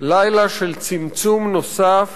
לילה של צמצום נוסף